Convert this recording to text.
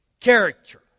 Character